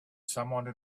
someone